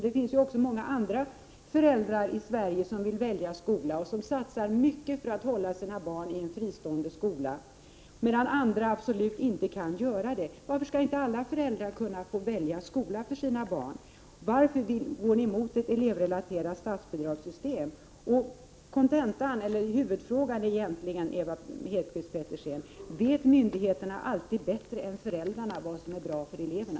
Det finns även många andra föräldrar i Sverige som vill välja skola och som satsar mycket för att hålla sina barn i en fristående skola, medan andra inte kan göra det. Varför skall inte alla föräldrar få välja skola för sina barn? Varför går ni emot ett elevrelaterat statsbidragssystem? Huvudfrågan, Ewa Hedkvist Petersen, är egentligen om myndigheterna alltid vet bättre än föräldrarna vad som är bra för eleverna.